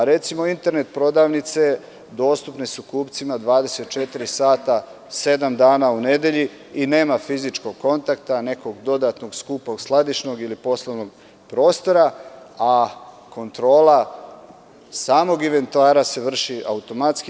Recimo, internet prodavnice dostupne su kupcima 24 sata sedam dana u nedelji i nema fizičkog kontakta, nekog dodatnog skupog skladišnog ili poslovnog prostora, a kontrola samog inventara se vrši automatski.